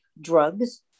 drugs